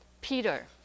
Peter